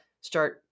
start